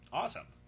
awesome